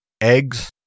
eggs